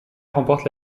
remporte